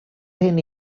ten